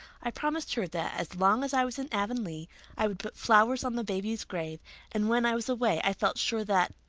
i promised her that as long as i was in avonlea i would put flowers on the baby's grave and when i was away i felt sure that.